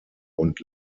und